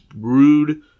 rude